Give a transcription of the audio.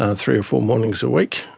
ah three or four mornings a week,